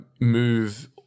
move